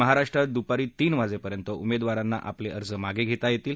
महाराष्ट्रात दुपारी तीन वाजेपर्यंत उमेदवारांना आपले अर्ज मागे घेता येतील